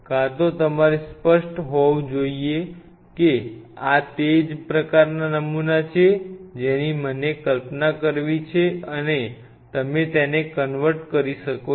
કાં તો તમારે સ્પષ્ટ હોવું જોઈએ કે આ તે જ પ્રકારના નમૂના છે જેની મને કલ્પના કરવી છે અને તમે તેને કન્વર્ટ કરી શકો છો